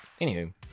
Anywho